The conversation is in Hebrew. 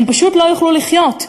הם פשוט לא יוכלו לחיות.